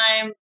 time